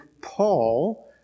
Paul